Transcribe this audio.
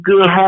good